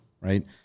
right